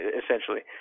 essentially